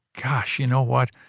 gosh, you know what?